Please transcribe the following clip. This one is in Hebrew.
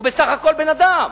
הוא בסך הכול בן-אדם.